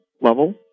level